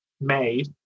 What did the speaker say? made